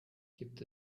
gibt